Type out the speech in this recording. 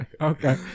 Okay